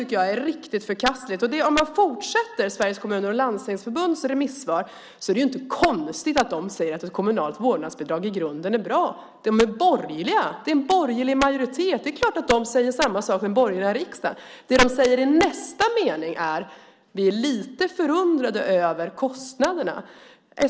Det är inte konstigt att det i remissvaret från Sveriges Kommuner och Landsting framgår att de tycker att ett kommunalt vårdnadsbidrag i grunden är bra. Det är en borgerlig majoritet. Det är klart att de säger samma sak som den borgerliga regeringen. Men i nästa mening säger de att de är lite förundrade över kostnaderna.